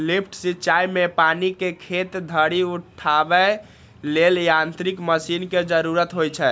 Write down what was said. lift सिंचाइ मे पानि कें खेत धरि उठाबै लेल यांत्रिक मशीन के जरूरत होइ छै